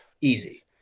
Easy